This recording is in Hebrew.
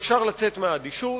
שאפשר לצאת מהאדישות,